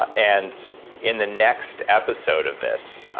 ah and in the next episode of this,